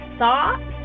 thoughts